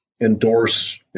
endorse